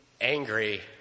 angry